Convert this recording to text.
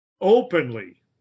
openly